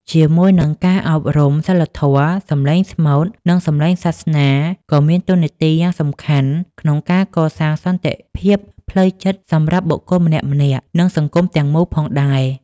ជាមួយនឹងការអប់រំសីលធម៌ សម្លេងស្មូត និងភ្លេងសាសនាក៏មានតួនាទីយ៉ាងសំខាន់ក្នុងការកសាងសន្តិភាពផ្លូវចិត្តសម្រាប់បុគ្គលម្នាក់ៗ និងសង្គមទាំងមូលផងដែរ។